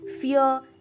fear